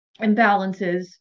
imbalances